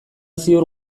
ziur